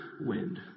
wind